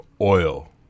oil